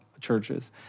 churches